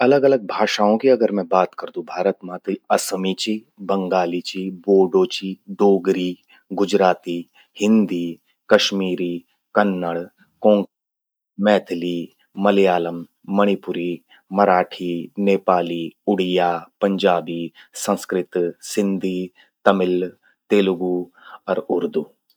अलग अलग भाषाओं की अगर मैं बात करदू भारत मां त, असमी चि, बंगाली चि, बोडो चि, डोगरी, गुजराती, हिंदी, कश्मीरी, कन्नड़, कों, मैथिली, मलयालम, मणिपुरी, मराठी, नेपाली, उड़िया, पंजाबी, संस्कृत, सिंधी, तमिल, तेलगू अर उर्दू।